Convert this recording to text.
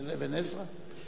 של אבן עזרא?